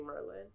Merlin